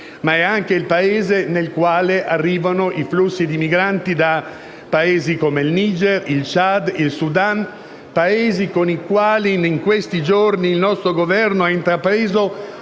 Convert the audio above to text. Ma è anche il luogo in cui arrivano i flussi di migranti da Paesi come il Niger, il Ciad, il Sudan, Paesi con i quali in questi giorni il nostro Governo ha intrapreso